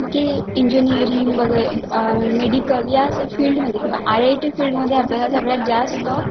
की इंजिनिअरिंग वगैरे मेडिकल या फील्डमध्ये किंवा आय आय टी फील्डमध्ये आपल्याला सगळ्यात जास्त